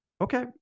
Okay